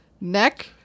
Neck